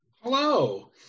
Hello